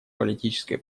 политической